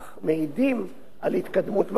אך מעידים על התקדמות מרשימה.